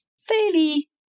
fairly